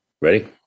Ready